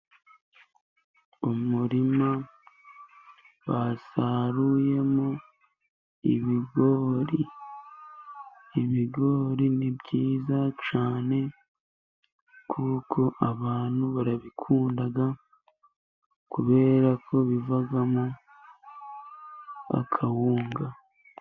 Umurima basaruyemo ibigori, ibigori ni byiza cyane kuko abantu barabikunda kubera ko bivamo akawunga.